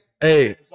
Hey